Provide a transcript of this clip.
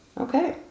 Okay